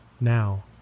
Now